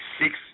six